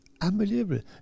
Unbelievable